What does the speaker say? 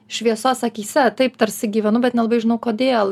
šviesos akyse taip tarsi gyvenu bet nelabai žinau kodėl